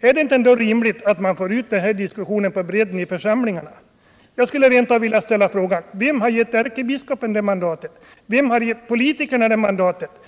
Är det inte rimligt att man för ut den här diskussionen på bredden i församlingarna? Jag skulle rent av vilja ställa frågan: Vem har gett ärkebiskopen det mandatet? Vem har gett politikerna det mandatet?